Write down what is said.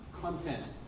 content